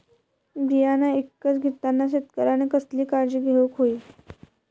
बियाणा ईकत घेताना शेतकऱ्यानं कसली काळजी घेऊक होई?